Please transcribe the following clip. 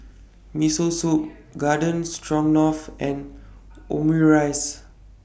Miso Soup Garden Stroganoff and Omurice